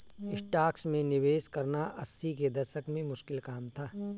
stocks में निवेश करना अस्सी के दशक में मुश्किल काम था